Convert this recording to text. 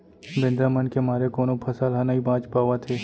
बेंदरा मन के मारे कोनो फसल ह नइ बाच पावत हे